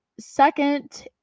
Second